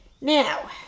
Now